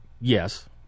Yes